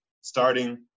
starting